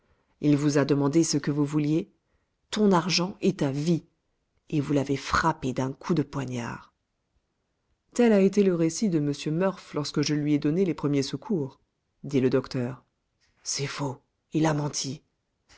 il vous a demandé ce que vous vouliez ton argent et ta vie et vous l'avez frappé d'un coup de poignard tel a été le récit de m murph lorsque je lui ai donné les premiers secours dit le docteur c'est faux il a menti